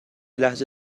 لحظه